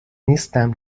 نیستم